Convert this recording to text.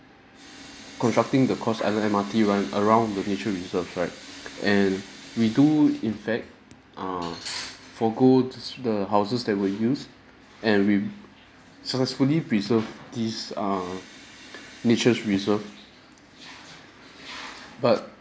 constructing the cross island M_R_T line around the nature reserves right and we do in fact err forgo to s~ the houses that were used and we successfully preserve this err nature's reserve but